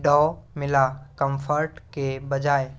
Dove मिला Comfort के बजाय